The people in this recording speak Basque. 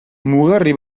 mugarri